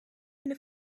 eine